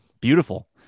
Beautiful